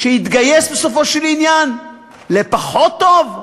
שהתגייס בסופו של עניין, לפחות טוב?